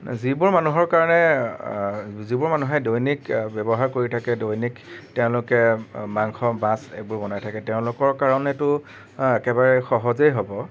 যিবোৰ মানুহৰ কাৰণে যিবোৰ মানুহে দৈনিক ব্যৱহাৰ কৰি থাকে দৈনিক তেওঁলোকে মাংস মাছ এইবোৰ বনাই থাকে তেওঁলোকৰ কাৰণেটো একেবাৰে সহজেই হ'ব